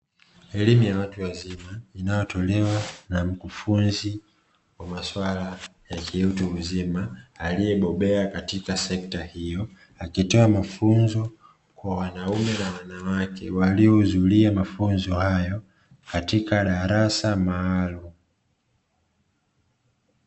Elimu ya watu wazima, inayotolewa na mkufunzi wa maswala ya kiutu uzima aliyebobea katika sekta hiyo, akitoa mafunzo kwa wanaume na wanawake, waliohudhuria mafunzo hayo katika darasa maalumu.